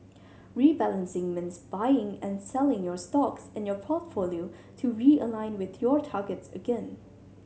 rebalancing means buying and selling stocks in your portfolio to realign with your targets again